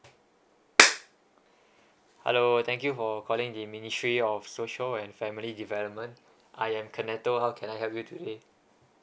hello thank you for calling the ministry of social and family development I am conetto how can I help you today